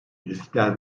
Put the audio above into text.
riskler